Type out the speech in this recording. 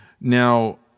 Now